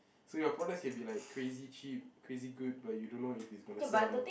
so your product can be like crazy cheap crazy good but you don't know if it's gonna sell or not